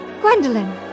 Gwendolyn